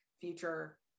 future